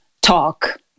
talk